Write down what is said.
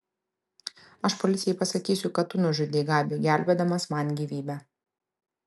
aš policijai pasakysiu kad tu nužudei gabį gelbėdamas man gyvybę